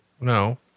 No